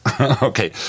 Okay